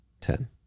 ten